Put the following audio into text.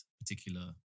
particular